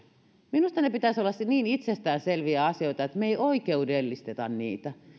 minusta niiden pitäisi olla niin itsestään selviä asioita että me emme oikeudellista niitä